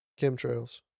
chemtrails